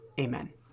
Amen